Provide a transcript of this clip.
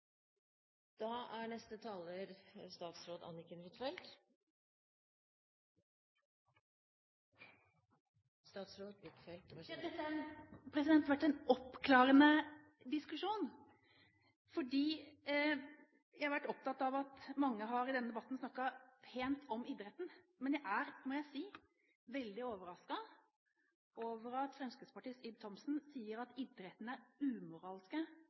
Dette har vært en oppklarende diskusjon. Mange har i denne debatten snakket pent om idretten, men jeg er – det må jeg si – veldig overrasket over at Fremskrittspartiets Ib Thomsen sier at idretten er